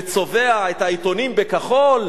וצובע את העיתונים בכחול,